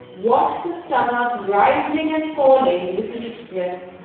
watch the stomach rising and falling with each breath.